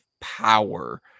power